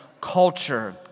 culture